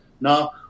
Now